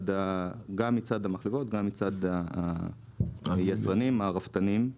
גם מצד המחלבות וגם מצד היצרנים והרפתנים.